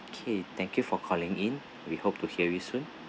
okay thank you for calling in we hope to hear you soon